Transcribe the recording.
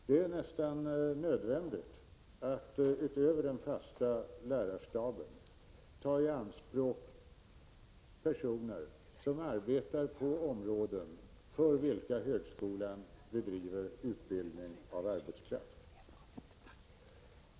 Det är helt nödvändigt att utöver den fasta lärarstaben ta i anspråk personer som arbetar på områden för vilka högskolan bedriver utbildning.